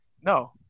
No